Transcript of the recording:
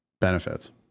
benefits